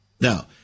Now